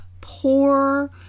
poor